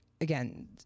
Again